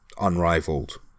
unrivaled